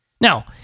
Now